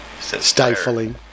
Stifling